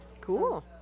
Cool